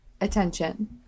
attention